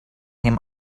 him